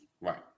Right